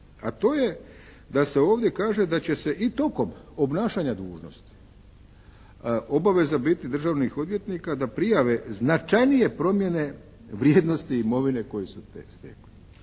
a to je da se ovdje kaže da će se i tokom obnašanja dužnosti obaveza biti državnih odvjetnika da prijave značajnije promjene vrijednosti imovine koje su stekli.